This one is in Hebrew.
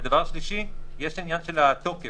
ודבר שלישי יש עניין התוקף.